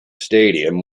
stadium